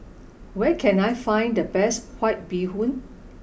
where can I find the best white bee hoon